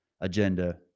agenda